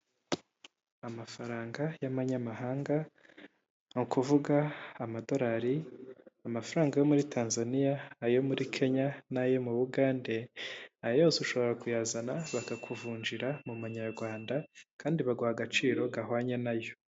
Amafaranga y'amanyamahanga, ni ukuvuga amadorari, amafaranga yo muri Tanzania, ayo muri Kenya, n'ayo mu Bugande, ayo yose ushobora kuyazana bakakuvunjira mu manyarwanda, kandi baguha agaciro gahwanye nayo.